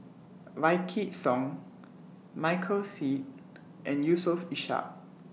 Wykidd Song Michael Seet and Yusof Ishak